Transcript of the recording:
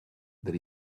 that